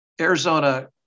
Arizona